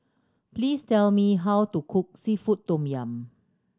please tell me how to cook seafood tom yum